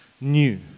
new